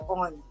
on